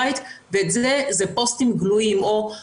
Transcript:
סיגריה ומעשן זה סוג של נושא שעולה בתדירות מאוד גבוהה בפוסט הזה,